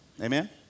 Amen